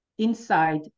Inside